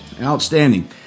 Outstanding